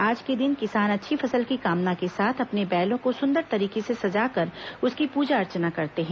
आज के दिन किसान अच्छी फसल की कामना के साथ अपने बैलों को सुंदर तरीके से सजाकर उसकी प्रजा अर्चना करते हैं